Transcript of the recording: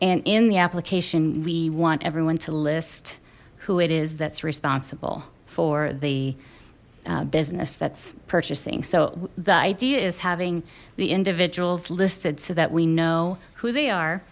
and in the application we want everyone to list who it is that's responsible for the business that's purchasing so the idea is having the individuals listed so that we know who they are